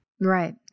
Right